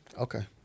Okay